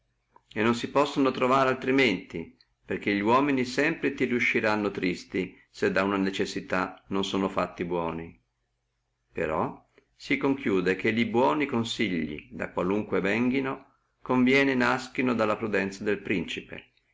e non si possono trovare altrimenti perché li uomini sempre ti riusciranno tristi se da una necessità non sono fatti buoni però si conclude che li buoni consigli da qualunque venghino conviene naschino dalla prudenzia del principe